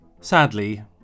Sadly